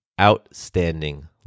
Outstanding